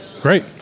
Great